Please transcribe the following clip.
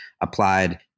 applied